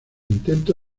intento